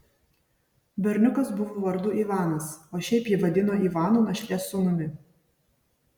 berniukas buvo vardu ivanas o šiaip jį vadino ivanu našlės sūnumi